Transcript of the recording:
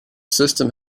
system